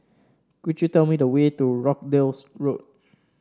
could you tell me the way to Rochdale Road